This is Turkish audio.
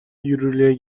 yürürlüğe